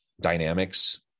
dynamics